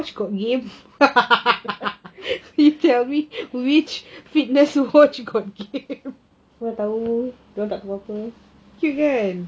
mana tahu dia orang tak tahu